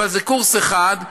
אבל זה קורס אחד.